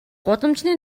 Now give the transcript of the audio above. гудамжны